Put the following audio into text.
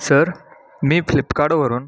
sir मी फ्लिपकार्डवरून